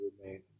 remain